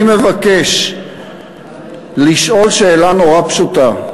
אני מבקש לשאול שאלה נורא פשוטה: